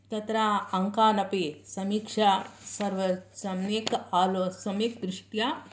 तत्र अङ्कानपि समीक्षा सम्यक् आलोच्य सम्यक् दृष्ट्वा